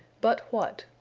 but what.